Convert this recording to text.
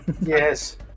Yes